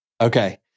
Okay